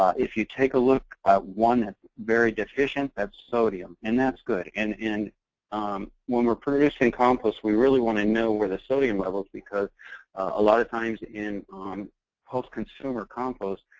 if you take a look at one that's very deficient, that's sodium. and that's good. and um when we're producing compost, we really want to know where the sodium level is, because a lot of times in um post-consumer compost,